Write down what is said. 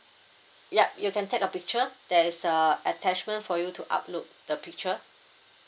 yup you can take a picture there's a attachment for you to upload the picture